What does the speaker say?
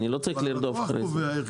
אני לא צריך לרדוף אחרי זה.